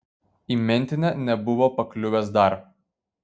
į mentinę nebuvo pakliuvęs dar